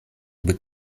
would